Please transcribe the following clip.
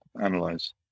analyze